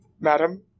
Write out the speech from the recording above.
madam